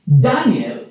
Daniel